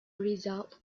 result